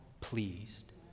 pleased